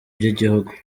by’igihugu